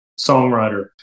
songwriter